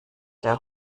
der